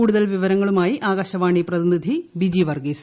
കൂടുതൽ വിവരങ്ങളുമായി ആകാശവാണി പ്രതിനിധി ബിജി വർഗ്ഗീസ്